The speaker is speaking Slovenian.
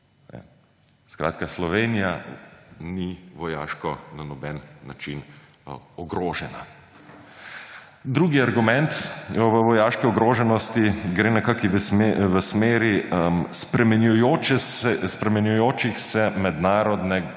Slovenija ni vojaško na noben način ogrožena. Drugi argument v vojaški ogroženosti gre nekako v smeri spreminjajočih se mednarodnih